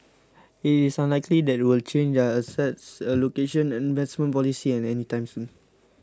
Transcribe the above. it is unlikely that they will change their asset allocation and investment policy any time soon